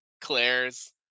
claire's